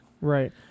right